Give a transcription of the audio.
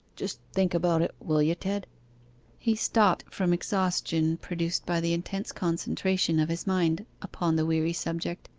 just think about it, will ye, ted he stopped from exhaustion produced by the intense concentration of his mind upon the weary subject,